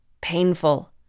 painful